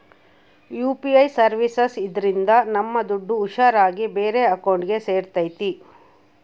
UPI services ಇದ್ರಿಂದ ನಮ್ ದುಡ್ಡು ಹುಷಾರ್ ಆಗಿ ಬೇರೆ ಅಕೌಂಟ್ಗೆ ಸೇರ್ತೈತಿ